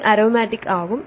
இது அரோமாட்டிக் ஆகும்